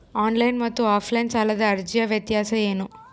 Online ಮತ್ತು offline ಸಾಲದ ಅರ್ಜಿಯ ವ್ಯತ್ಯಾಸ ಏನು?